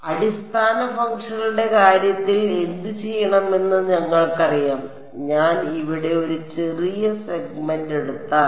അതിനാൽ അടിസ്ഥാന ഫംഗ്ഷനുകളുടെ കാര്യത്തിൽ എന്തുചെയ്യണമെന്ന് ഞങ്ങൾക്കറിയാം ഞാൻ ഇവിടെ ഒരു ചെറിയ സെഗ്മെന്റ് എടുത്താൽ